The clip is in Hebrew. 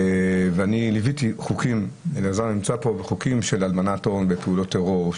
ואני ליוויתי חוקים של הלבנת הון לפעולות טרור,